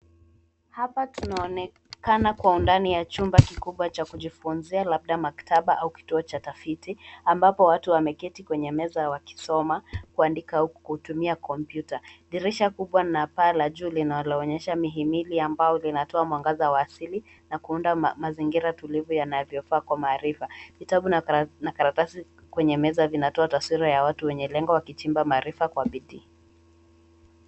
Hapa tunaonekana kwa ndani ya chumba kikubwa cha kujifunzia labda maktaba au kituo cha tafiti ambapo watu wameketi kwenye meza wakisoma kuandika kutumia kompyuta. Dirisha kubwa na paa la juu linaloonyesha mihili ambao linatoa mwangaza wa asili na kuunda mazingira tulivu yanavyofaa kwa maarifa. Kitabu na karatasi kwenye meza vinatoa taswira ya watu wenye lengo wakichimba maarifa kwa bidii.